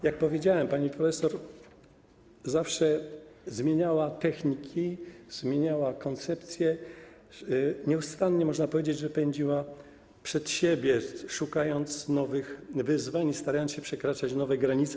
Jak powiedziałem, pani profesor zawsze zmieniała techniki, zmieniała koncepcje, nieustannie, można powiedzieć, pędziła przed siebie, szukając nowych wyzwań i starając się przekraczać nowe granice.